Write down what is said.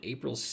April